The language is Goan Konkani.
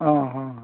आं हां हां